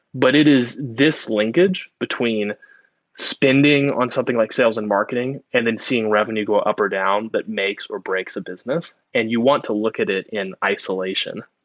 but it is this linkage between spending on something like sales and marketing and then seeing revenue go up or down, but makes or breaks a business. and you want to look at it in isolation,